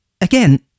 Again